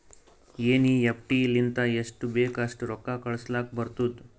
NEFT ಲಿಂತ ಎಸ್ಟ್ ಬೇಕ್ ಅಸ್ಟ್ ರೊಕ್ಕಾ ಕಳುಸ್ಲಾಕ್ ಬರ್ತುದ್